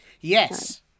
Yes